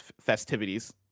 festivities